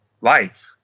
life